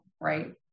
right